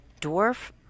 dwarf